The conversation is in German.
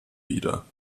wieder